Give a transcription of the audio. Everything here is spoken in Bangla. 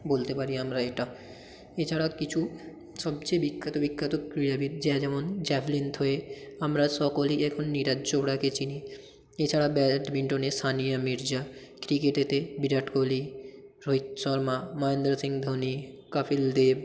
বলতে পারি আমরা এটা এছাড়া কিছু সবচেয়ে বিখ্যাত বিখ্যাত ক্রীড়াবিদ যা যেমন জ্যাভলিন থ্রোয়ে আমরা সকলই এখন নিরাজ চোপড়াকে চিনি এছাড়া ব্যাডমিন্টনে সানিয়া মির্জা ক্রিকেটেতে বিরাট কোহলি রোহিত শর্মা মহেন্দ্র সিং ধোনি কাপিল দেব